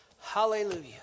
hallelujah